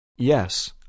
Yes